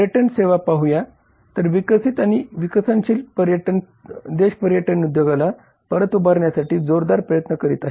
पर्यटन सेवा पाहूया तर विकसित आणि विकसनशील देश पर्यटन उद्योगाला परत उभारण्यासाठी जोरदार प्रयत्न करत आहेत